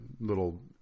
little